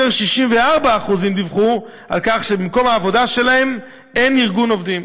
ו-64% דיווחו שבמקום העבודה שלהם אין ארגון עובדים.